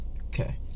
Okay